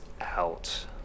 out